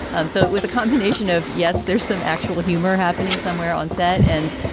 um so it was a combination of, yes, there's some actual humor happening somewhere on set. and,